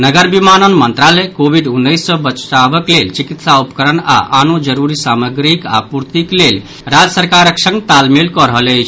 नगर विमानन मंत्रालय कोविड उन्नैस सऽ बचावक लेल चिकित्सा उपकरण आओर आनो जरूरी सामग्रीक आपूर्तिक लेल राज्य सरकारक संग तालमेल कऽ रहल अछि